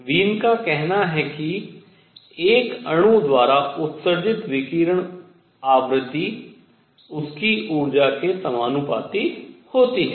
Wien का कहना है कि एक अणु द्वारा उत्सर्जित विकिरण आवृत्ति उसकी ऊर्जा के समानुपाती होती है